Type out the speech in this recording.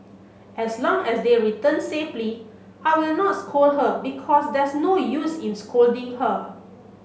as long as their return safely I will not scold her because there's no use in scolding her